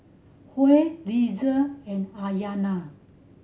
Huy Lizzie and Ayanna